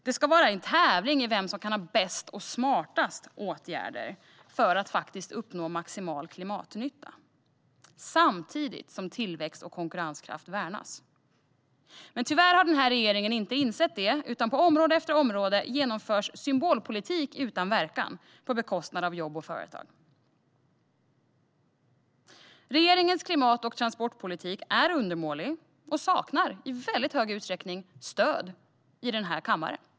Det ska vara en tävling om vem som har bäst och smartast åtgärder för att uppnå maximal klimatnytta samtidigt som tillväxt och konkurrenskraft värnas. Tyvärr har den här regeringen inte insett detta, utan på område efter område genomförs symbolpolitik utan verkan på bekostnad av jobb och företag. Regeringens klimat och transportpolitik är undermålig och saknar i väldigt hög utsträckning stöd i den här kammaren.